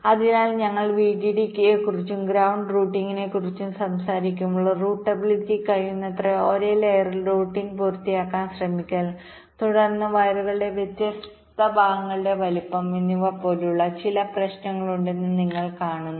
അതിനാൽ ഞങ്ങൾ വിഡിഡിയെക്കുറിച്ചും ഗ്രൌണ്ട് റൂട്ടിംഗിനെക്കുറിച്ചും സംസാരിക്കുമ്പോൾ റൂട്ടബിലിറ്റി കഴിയുന്നത്ര ഒരേ ലെയറിൽ റൂട്ടിംഗ് പൂർത്തിയാക്കാൻ ശ്രമിക്കൽ തുടർന്ന് വയറുകളുടെ വ്യത്യസ്ത ഭാഗങ്ങളുടെ വലുപ്പം എന്നിവ പോലുള്ള മറ്റ് ചില പ്രശ്നങ്ങളുണ്ടെന്ന് നിങ്ങൾ കാണുന്നു